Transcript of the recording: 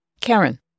Karen